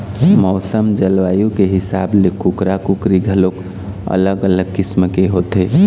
मउसम, जलवायु के हिसाब ले कुकरा, कुकरी घलोक अलग अलग किसम के होथे